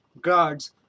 guards